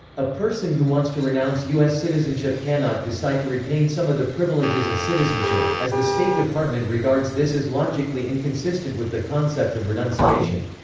a person who wants to renounce u s. citizenship cannot decide to retain some of the privileges of citizenship, as the state department regards this as logically inconsistent with the concept of renunciation.